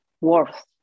worth